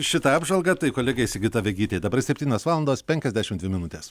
šitą apžvalgą tai kolegė sigita vegytė dabar septynios valandos penkiasdešimt dvi minutės